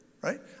right